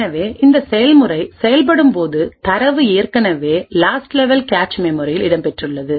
எனவே இந்த செயல்முறை செயல்படும் போது தரவு ஏற்கனவே லாஸ்ட் லெவல் கேச் மெமரியில் இடம் பெற்றுள்ளது